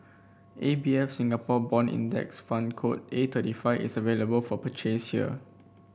A B F Singapore Bond Index Fund code A thirty five is available for purchase here